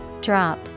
Drop